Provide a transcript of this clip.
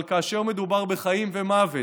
אבל כאשר מדובר בחיים ומוות,